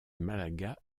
malaga